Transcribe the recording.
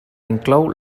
inclou